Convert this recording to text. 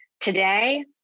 Today